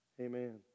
Amen